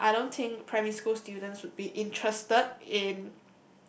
I I don't think primary school students would be interested in